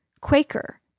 Quaker